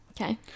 Okay